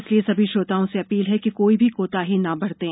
इसलिए सभी श्रोताओं से अपील है कि कोई भी कोताही न बरतें